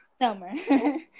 Summer